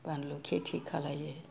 बानलु खेथि खालाइयो